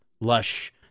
lush